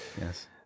yes